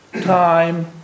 time